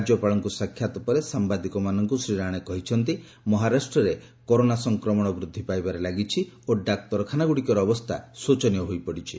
ରାଜ୍ୟପାଳଙ୍କୁ ସ୍ୱକ୍ଷାତ ପରେ ସାମ୍ବାଦିକମାନଙ୍କୁ ଶ୍ରୀ ରାଣେ କହିଛନ୍ତି ମହାରାଷ୍ଟ୍ରରେ କରୋନା ସଂକ୍ରମଣ ବୃଦ୍ଧି ପାଇବାରେ ଲାଗିଛି ଓ ଡାକ୍ତରଖାନାଗୁଡ଼ିକର ଅବସ୍ଥା ଶୋଚନୀୟ ହୋଇପଡ଼ିଛି